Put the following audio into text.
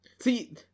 See